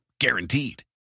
Guaranteed